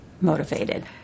motivated